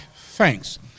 thanks